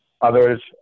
others